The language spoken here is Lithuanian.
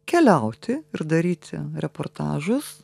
keliauti ir daryti reportažus